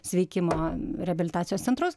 sveikimo reabilitacijos centrus